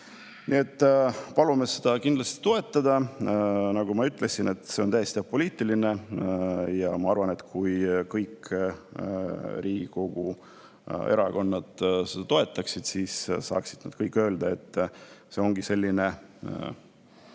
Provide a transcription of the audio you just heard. Nii et palume seda kindlasti toetada. Nagu ma ütlesin, on see täiesti apoliitiline. Ma arvan, et kui kõik Riigikogu erakonnad seda toetaksid, siis saaksid nad öelda, et see ongi apoliitiline